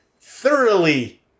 thoroughly